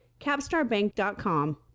capstarbank.com